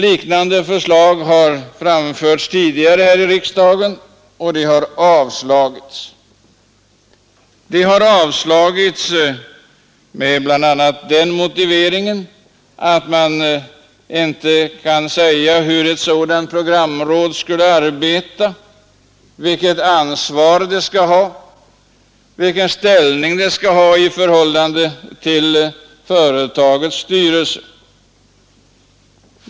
Liknande förslag har tidigare framförts i riksdagen och avslagits med bl.a. den motiveringen, att man inte kan säga hur ett sådant >rogramråd skall arbeta, vilket ansvar det skall ha och vi Ken ställning det skall inta i förhållandet till företagets styrelse.